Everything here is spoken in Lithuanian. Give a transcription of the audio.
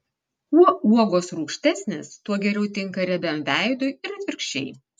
kuo uogos rūgštesnės tuo geriau tinka riebiam veidui ir atvirkščiai